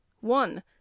one